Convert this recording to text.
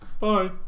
Bye